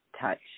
touch